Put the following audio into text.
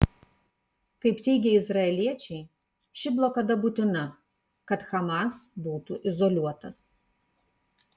kaip teigia izraeliečiai ši blokada būtina kad hamas būtų izoliuotas